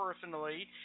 personally